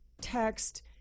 text